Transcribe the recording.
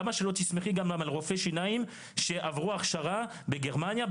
למה שלא תסמכי גם על רופאי שיניים שעברו הכשרה בגרמניה,